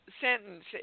sentence